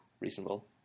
reasonable